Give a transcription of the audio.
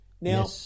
Now